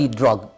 drug